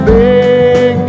big